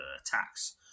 attacks